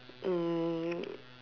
um